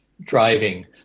driving